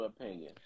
opinion